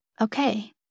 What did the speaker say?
okay